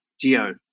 Geo